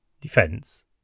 defense